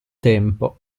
tempo